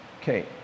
Okay